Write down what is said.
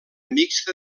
mixta